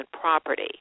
property